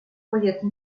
folleto